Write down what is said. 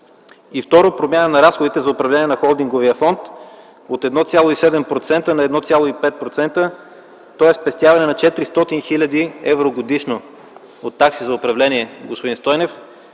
И второ, промяна на разходите за управление на холдинговия фонд от 1,7% на 1,5%, тоест спестяване на 400 хил. евро годишно от такси за управление, господин Стойнев,